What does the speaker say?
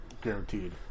guaranteed